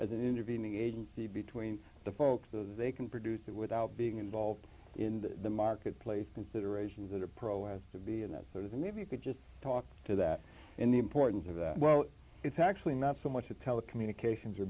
as an intervening agency between the folks so they can produce it without being involved in the marketplace considerations that are pro as to be and that sort of maybe you could just talk to that in the importance of well it's actually not so much a telecommunications or